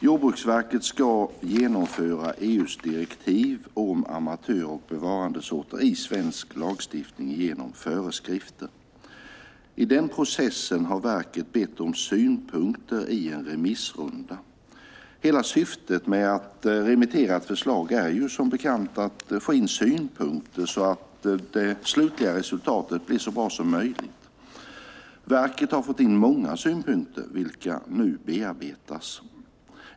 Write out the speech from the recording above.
Jordbruksverket ska genomföra EU:s direktiv om amatör och bevarandesorter i svensk lagstiftning genom föreskrifter. I den processen har verket bett om synpunkter i en remissrunda. Hela syftet med att remittera ett förslag är ju, som bekant, att få in synpunkter så att det slutliga resultatet blir så bra som möjligt. Verket har fått in många synpunkter, vilka nu bearbetas.